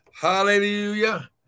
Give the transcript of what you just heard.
Hallelujah